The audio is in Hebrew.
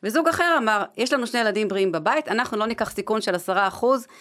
וזוג אחר אמר, יש לנו שני ילדים בריאים בבית, אנחנו לא ניקח סיכון של עשרה אחוז.